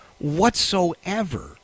whatsoever